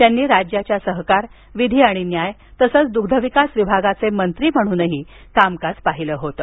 त्यांनी राज्याच्या सहकार विधी आणि न्याय तसंच द्ग्धविकास विभागाचे मंत्री म्हणून कामकाज पाहिलं होतं